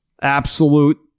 absolute